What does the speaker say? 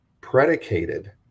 predicated